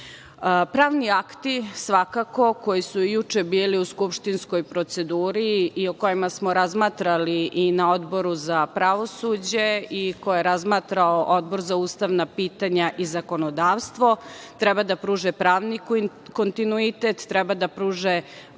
nemamo. Pravni akti svakako koji su juče bili u skupštinskoj proceduri i o kojima smo razmatrali i na Odboru za pravosuđe i koje je razmatrao Odbor za ustavna pitanja i zakonodavstvo treba da pruže pravni kontinuitet, treba da pruže